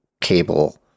cable